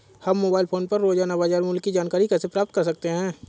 हम mobile phone पर रोजाना बाजार मूल्य की जानकारी कैसे प्राप्त कर सकते हैं?